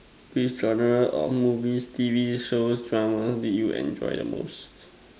which genre of movies T_V shows Dramas did you enjoy the most